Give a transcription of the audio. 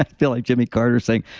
feel like jimmy carter saying,